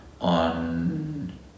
on